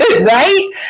right